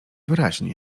wyraźnie